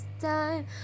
time